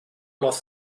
los